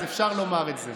אז אפשר לומר את זה.